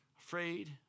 afraid